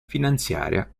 finanziaria